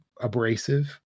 abrasive